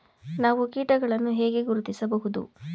ನಾವು ಕೀಟಗಳನ್ನು ಹೇಗೆ ಗುರುತಿಸಬಹುದು?